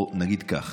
או נגיד כך: